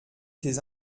ses